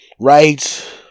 Right